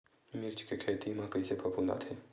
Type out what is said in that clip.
मिर्च के खेती म कइसे फफूंद आथे?